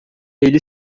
ele